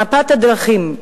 מפת הדרכים,